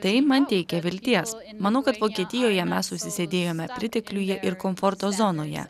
tai man teikia vilties manau kad vokietijoje mes užsisėdėjome pritekliuje ir komforto zonoje